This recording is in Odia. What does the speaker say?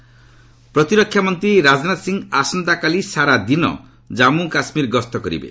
ରାଜନାଥ ଜେ ଆଣ୍ଡ କେ ପ୍ରତିରକ୍ଷା ମନ୍ତ୍ରୀ ରାଜନାଥ ସିଂହ ଆସନ୍ତାକାଲି ସାରା ଦିନ ଜାମ୍ମୁ କାଶ୍ମୀର ଗସ୍ତ କରିବେ